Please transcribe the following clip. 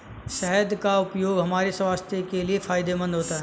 शहद का उपयोग हमारे स्वास्थ्य के लिए फायदेमंद होता है